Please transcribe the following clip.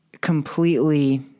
completely